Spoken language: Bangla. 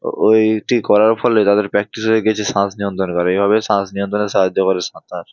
ও ওইটি করার ফলে তাদের প্র্যাকটিস হয়ে গিয়েছে শ্বাস নিয়ন্ত্রণ করা এভাবে শ্বাস নিয়ন্ত্রণে সাহায্য করে সাঁতার